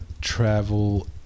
travel